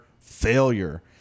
failure